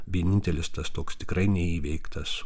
vienintelis tas toks tikrai neįveiktas